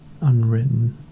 unwritten